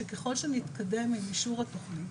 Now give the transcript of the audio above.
שככל שנתקדם אל אישור התוכנית,